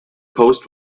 post